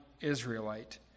Israelite